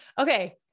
Okay